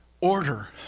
order